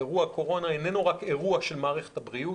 אירוע הקורונה איננו רק אירוע של משרד הבריאות,